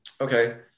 Okay